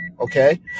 okay